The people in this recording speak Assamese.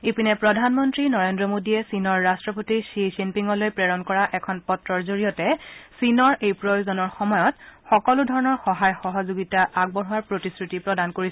ইপিনে প্ৰধানমন্ত্ৰী নৰেন্দ্ৰ মোদীয়ে চীনৰ ৰাট্টপতি থি জিনপিঙলৈ প্ৰেৰণ কৰা এখন পত্ৰৰ জৰিয়তে চীনৰ এই প্ৰয়োজনৰ সময়ত সকলোধৰণৰ সহায় সহযোগিতা আগবঢ়োৱাৰ প্ৰতিশ্ৰুতি প্ৰদান কৰিছে